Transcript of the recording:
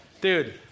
Dude